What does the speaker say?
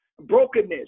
Brokenness